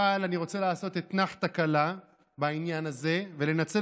אבל אני רוצה לעשות אתנחתה קלה בעניין הזה ולנצל